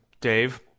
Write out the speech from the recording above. Dave